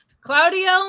Claudio